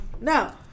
no